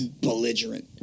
Belligerent